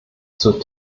zur